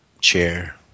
chair